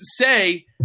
say